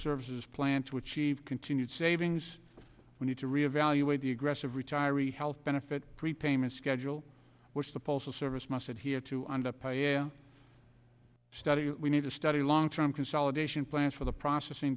service's plan to achieve continued savings we need to re evaluate the aggressive retiree health benefit prepayment schedule which the postal service must adhere to the pay a study we need to study long term consolidation plans for the processing